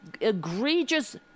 egregious